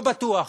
לא בטוח.